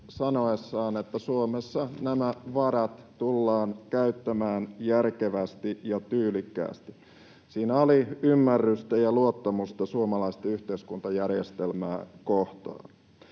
sanoessaan, että Suomessa nämä varat tullaan käyttämään järkevästi ja tyylikkäästi. Siinä oli ymmärrystä ja luottamusta suomalaista yhteiskuntajärjestelmää kohtaan.